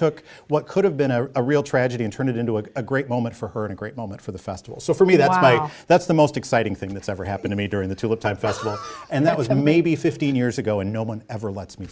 took what could have been a real tragedy and turn it into a a great moment for her and a great moment for the festival so for me that that's the most exciting thing that's ever happened to me during the two of time first and that was a maybe fifteen years ago and no one ever lets me